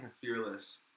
fearless